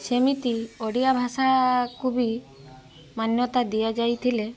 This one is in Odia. ସେମିତି ଓଡ଼ିଆ ଭାଷାକୁ ବି ମାନ୍ୟତା ଦିଆଯାଇଥିଲେ